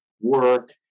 work